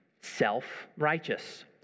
self-righteous